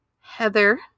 Heather